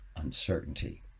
uncertainty